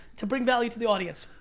to bring value to the audience,